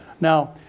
now